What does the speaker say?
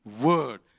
word